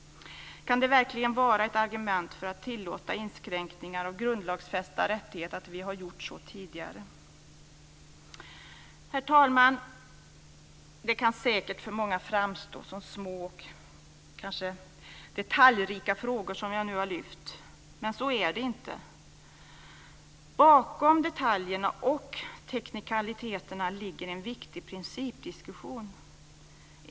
Kan det verkligen vara ett argument för att tillåta inskränkningar av grundlagsfästa rättigheter att vi har gjort så tidigare? Herr talman! Det kan säkert för många framstå som små och kanske detaljrika frågor som jag nu har lyft fram. Men så är det inte. Bakom detaljerna och teknikaliteterna ligger en viktig principdiskussion.